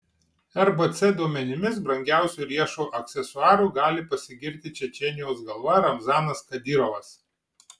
rbc duomenimis brangiausiu riešo aksesuaru gali pasigirti čečėnijos galva ramzanas kadyrovas